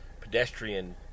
pedestrian